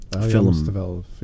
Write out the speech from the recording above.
Film